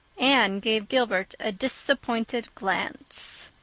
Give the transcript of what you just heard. anne gave gilbert a disappointed glance.